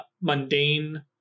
mundane